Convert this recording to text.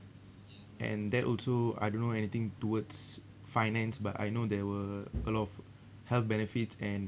and that also I don't know anything towards finance but I know there were a lot of health benefits and